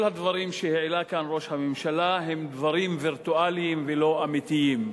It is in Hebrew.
כל הדברים שהעלה כאן ראש הממשלה הם דברים וירטואליים ולא אמיתיים.